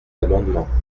amendements